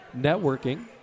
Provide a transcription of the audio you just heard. networking